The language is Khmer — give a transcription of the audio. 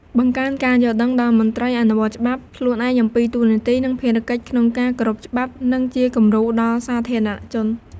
បង្កើនការយល់ដឹងដល់មន្ត្រីអនុវត្តច្បាប់ ខ្លួនឯង អំពីតួនាទី និងភារកិច្ចក្នុងការគោរពច្បាប់ និងជាគំរូដល់សាធារណជន។